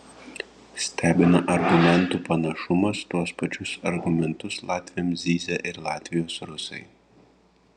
stebina argumentų panašumas tuos pačius argumentus latviams zyzia ir latvijos rusai